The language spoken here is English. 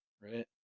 Right